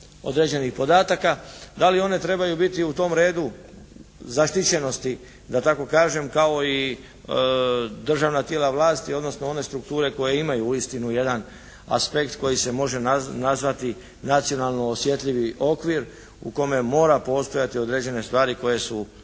određenih podataka? Da li one trebaju biti u tom redu zaštićenosti da tako kažem kao i državna tijela vlasti odnosno one strukture koje imaju uistinu jedan aspekt koji se može nazvati nacionalno osjetljivi okvir u kome mora postojati određene stvari koje su pod